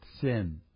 sin